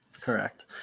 correct